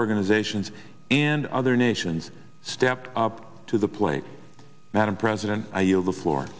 organizations and other nations step up to the plate madam president i yield the floor